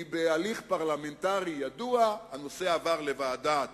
כי בהליך פרלמנטרי ידוע הנושא עבר לוועדת